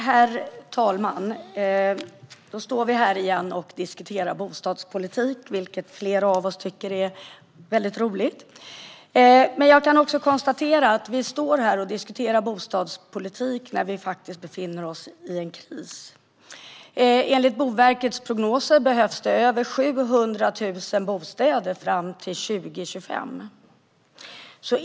Herr talman! Nu står vi här igen och diskuterar bostadspolitik, vilket flera av oss tycker är väldigt roligt. Jag konstaterar dock att vi står här och diskuterar bostadspolitik när vi faktiskt befinner oss i en kris. Enligt Boverkets prognoser behövs över 700 000 bostäder fram till 2025.